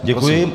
Děkuji.